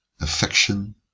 affection